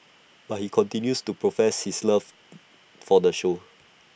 but he continues to profess his love for the show